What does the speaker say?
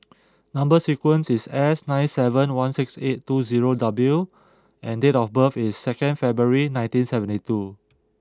number sequence is S nine seven one six eight two zero W and date of birth is second February nineteen seventy two